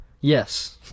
Yes